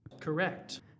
Correct